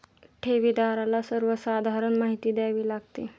ठेवीदाराला सर्वसाधारण माहिती द्यावी लागते